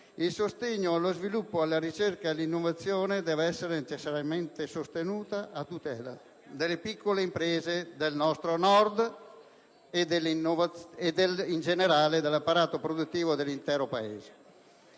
il sostegno allo sviluppo della ricerca e dell'innovazione deve essere necessariamente sostenuta a tutela delle piccole imprese del nostro Nord e, in generale, dell'apparato produttivo dell'intero